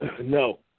No